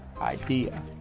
idea